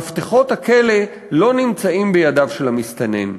מפתחות הכלא לא נמצאים בידיו של המסתנן.